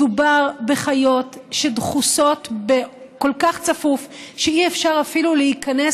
מדובר בחיות שדחוסות כל כך צפוף שאי-אפשר אפילו להיכנס